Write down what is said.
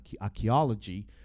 archaeology